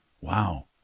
wow